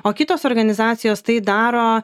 o kitos organizacijos tai daro